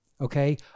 okay